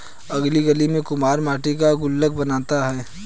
अगली गली में कुम्हार मट्टी का गुल्लक बनाता है